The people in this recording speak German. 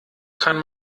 kann